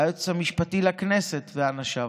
היועץ המשפטי לכנסת ואנשיו,